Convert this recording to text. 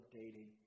dating